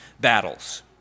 battles